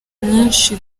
nyinshi